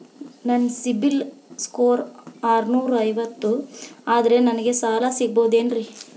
ನನ್ನ CIBIL score ಆರನೂರ ಐವತ್ತು ಅದರೇ ನನಗೆ ಸಾಲ ಸಿಗಬಹುದೇನ್ರಿ?